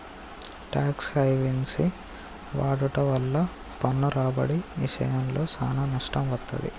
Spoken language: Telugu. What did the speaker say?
టాక్స్ హెవెన్సి వాడుట వల్ల పన్ను రాబడి ఇశయంలో సానా నష్టం వత్తది